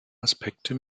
aspekte